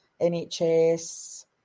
NHS